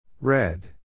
Red